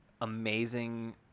amazing